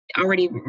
already